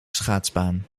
schaatsbaan